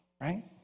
right